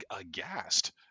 aghast